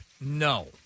No